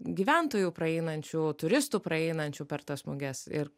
gyventojų praeinančių turistų praeinančių per tas muges ir